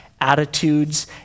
attitudes